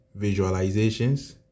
visualizations